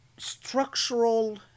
Structural